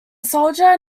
soldier